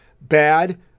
bad